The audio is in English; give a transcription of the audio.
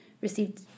received